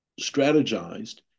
strategized